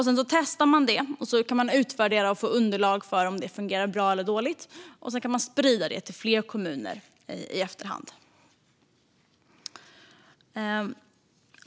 Sedan testar man det och kan utvärdera och få underlag för om det fungerar bra eller dåligt. Därefter kan man sprida det till fler kommuner.